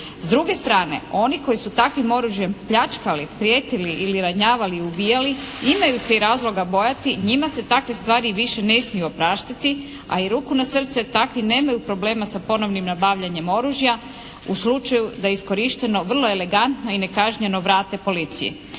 S druge strane, oni koji su takvim oružjem pljačkali, prijetili ili ranjavali i ubijali imaju se i razloga bojati. Njima se takve stvari više ne smiju opraštati, a i ruku na srce takvi nemaju problema sa ponovnim nabavljanjem oružja u slučaju da je iskorišteno vrlo elegantno i nekažnjeno vrate policiji.